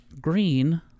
green